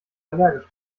allergisch